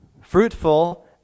fruitful